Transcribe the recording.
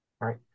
Right